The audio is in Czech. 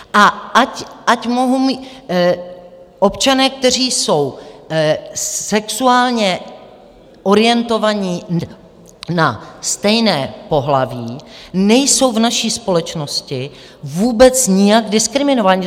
A ať mohou občané, kteří jsou sexuálně orientovaní na stejné pohlaví, nejsou v naší společnosti vůbec nijak diskriminováni.